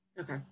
Okay